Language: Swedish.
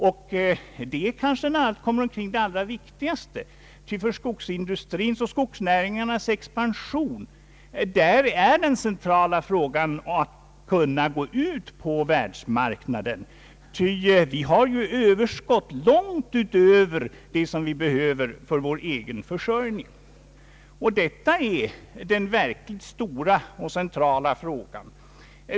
Detta är kanske när allt kommer omkring det allra viktigaste, ty för skogsindustrins och skogsnäringens expansion är den centrala frågan hur man skall kunna gå ut på världsmarknaden. Vi har ju överskott, vi har mycket mer än vi behöver för vår egen försörjning. Detta är den verkligt stora och centrala frågan.